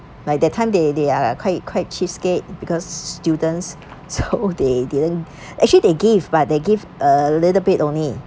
by that time they they are like quite quite cheapskate because students so they they earn actually they give but they give a little bit only